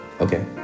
okay